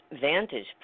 vantage